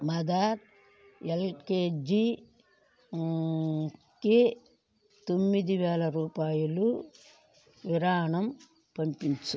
mother LKG కి తొమ్మిదివేల రూపాయలు విరాళం పంపించు